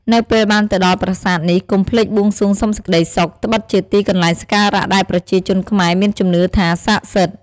នៅពេលបានទៅដល់ប្រាសាទនេះ កុំភ្លេចបួងសួងសុំសេចក្ដីសុខ ត្បិតជាទីកន្លែងសក្ការៈ ដែលប្រជាជនខ្មែរមានជំនឿថា ស័ក្តិសិទ្ធ